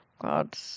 God